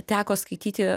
teko skaityti